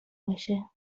باشه